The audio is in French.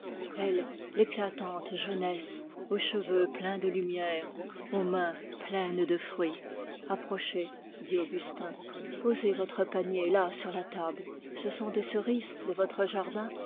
elle l'éclatante jeunesse aux cheveux pleins de lumière aux mains pleines de fruits approchez posez votre panier là sur la table ce sont des cerises de votre jardin